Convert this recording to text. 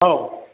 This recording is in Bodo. औ